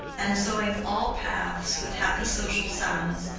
and sowing all paths with happy social sounds,